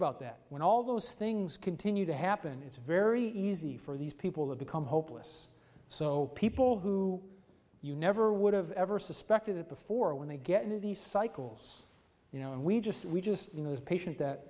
about that when all those things continue to happen it's very easy for these people to become hopeless so people who you never would have ever suspected that before when they get into these cycles you know and we just we just you know this patient that